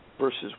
versus